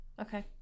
okay